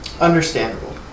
Understandable